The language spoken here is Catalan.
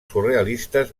surrealistes